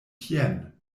tien